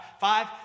five